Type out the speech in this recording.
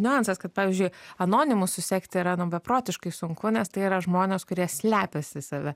niuansas kad pavyzdžiui anonimus susekti yra nu beprotiškai sunku nes tai yra žmonės kurie slepiasi save